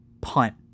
punt